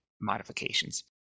modifications